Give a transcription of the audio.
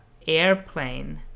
airplane